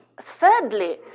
thirdly